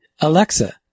Alexa